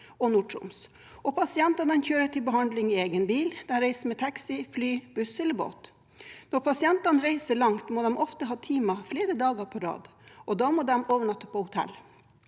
og Nord-Troms. Pasientene kjører til behandling i egen bil, og de reiser med taxi, fly, buss eller båt. Når pasientene reiser langt, må de ofte ha timer flere dager på rad, og da må de overnatte på hotell.